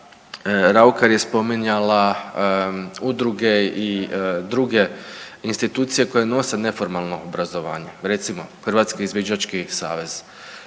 Raukar je spominjala udruge i druge institucije koje nose neformalna obrazovanja recimo Hrvatski izviđački savez,